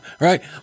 Right